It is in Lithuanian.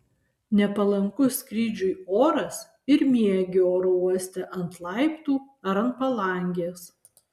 nepalankus skrydžiui oras ir miegi oro uoste ant laiptų ar ant palangės